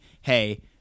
hey